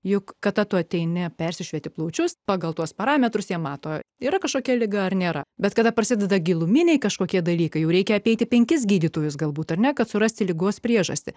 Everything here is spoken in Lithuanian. juk kada tu ateini persišviesti plaučius pagal tuos parametrus jie mato yra kažkokia liga ar nėra bet kada prasideda giluminiai kažkokie dalykai jau reikia apeiti penkis gydytojus galbūt ar ne kad surasti ligos priežastį